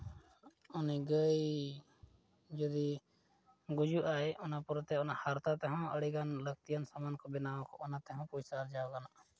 ᱩᱱᱤ ᱜᱟᱹᱭ ᱡᱩᱫᱤ ᱜᱩᱡᱩᱜᱼᱟᱭ ᱚᱱᱟ ᱯᱚᱨᱮᱛᱮ ᱚᱱᱟ ᱦᱟᱨᱛᱟ ᱛᱮᱦᱚᱸ ᱟᱹᱰᱤᱜᱟᱱ ᱞᱟᱹᱠᱛᱤᱭᱟᱱ ᱥᱟᱢᱟᱱ ᱠᱚ ᱵᱮᱱᱟᱣ ᱟᱠᱚ ᱚᱱᱟ ᱛᱮᱦᱚᱸ ᱯᱚᱭᱥᱟ ᱟᱨᱡᱟᱣ ᱜᱟᱱᱚᱜᱼᱟ